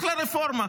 אחלה רפורמה.